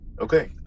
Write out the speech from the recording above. Okay